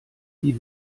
wie